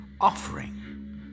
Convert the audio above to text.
offering